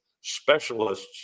specialists